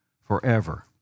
forever